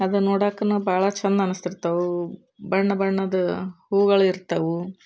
ಅದು ನೋಡೋಕು ಭಾಳ ಚೆಂದ ಅನಿಸ್ತಿರ್ತವೆ ಬಣ್ಣ ಬಣ್ಣದ ಹೂಗಳಿರ್ತವೆ